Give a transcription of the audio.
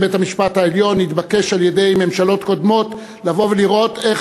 בית-המשפט העליון התבקש על-ידי ממשלות קודמות לבוא ולראות איך